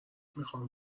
میخام